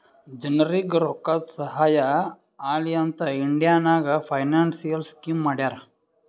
ಜನರಿಗ್ ರೋಕ್ಕಾದು ಸಹಾಯ ಆಲಿ ಅಂತ್ ಇಂಡಿಯಾ ನಾಗ್ ಫೈನಾನ್ಸಿಯಲ್ ಸ್ಕೀಮ್ ಮಾಡ್ಯಾರ